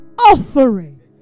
offering